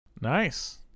Nice